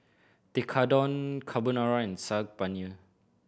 Tekkadon Carbonara and Saag Paneer